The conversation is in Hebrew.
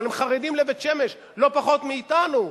אבל הם חרדים לבית-שמש לא פחות מאתנו.